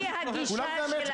כולם זה המשק,